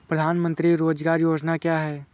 प्रधानमंत्री रोज़गार योजना क्या है?